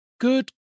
good